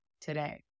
today